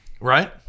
Right